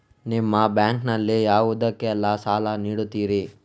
ನಿಮ್ಮ ಬ್ಯಾಂಕ್ ನಲ್ಲಿ ಯಾವುದೇಲ್ಲಕ್ಕೆ ಸಾಲ ನೀಡುತ್ತಿರಿ?